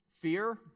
Fear